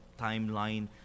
timeline